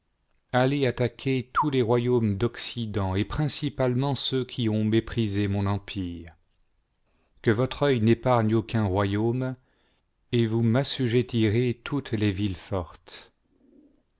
allez attaquer tous les royaumes d'occident et principalement ceux qui ont méprisé mon empire que votre œil n'épargne aucun royaume et vous m'assujettirez toutes les villes fortes